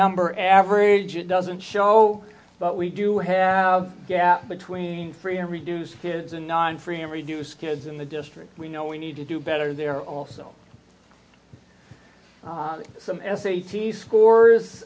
number average it doesn't show but we do have a gap between free and reduced kids and non free and reduced kids in the district we know we need to do better there are also some s a t s scores